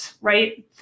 Right